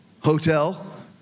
hotel